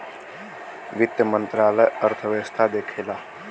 वित्त मंत्रालय अर्थव्यवस्था देखला